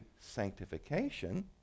sanctification